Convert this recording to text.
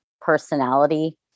personality